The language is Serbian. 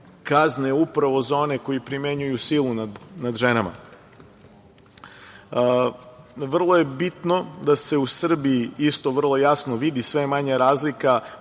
kazne upravo za one koji primenjuju silu nad ženama. Vrlo je bitno da se u Srbiji isto vrlo jasno vidi, sve je manje razlika